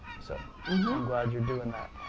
so i'm glad you're doing that.